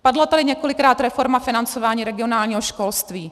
Padla tady několikrát reforma financování regionálního školství.